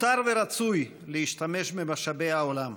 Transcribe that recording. מותר ורצוי להשתמש במשאבי העולם,